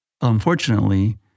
Unfortunately